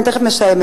אני כבר מסיימת,